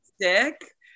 sick